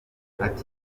ati